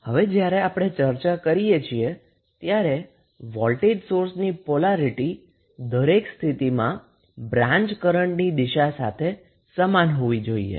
હવે જ્યારે આપણે ચર્ચા કરીએ છીએ ત્યારે વોલ્ટેજ સોર્સની પોલારીટી દરેક સ્થિતિમાં બ્રાચ કરન્ટની દિશા સાથે સમાન હોવી જોઈએ